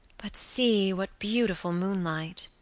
but see what beautiful moonlight!